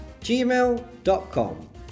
gmail.com